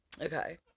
Okay